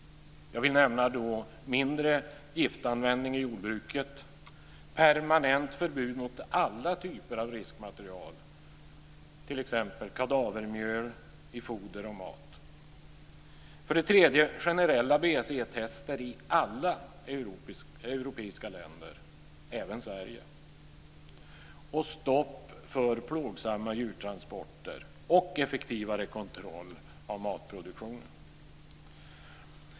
Jag vill nämna mindre giftanvändning i jordbruket, permanent förbud mot alla typer av riskmaterial, t.ex. kadavermjöl i foder och mat. Det handlar också om generella BSE-tester i alla europeiska länder, även Sverige, stopp för plågsamma djurtransporter och effektivare kontroll av matproduktionen.